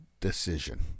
decision